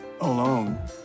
alone